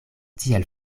tiel